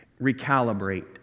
recalibrate